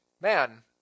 Man